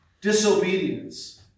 disobedience